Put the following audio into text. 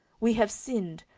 we have sinned,